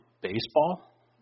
baseball